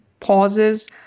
Pauses